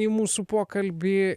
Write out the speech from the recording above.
į mūsų pokalbį